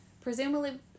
presumably